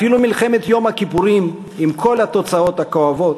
אפילו מלחמת יום הכיפורים, עם כל התוצאות הכואבות,